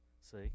See